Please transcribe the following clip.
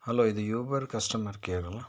hello ಇದು Uber customer care ಅಲ್ಲಾ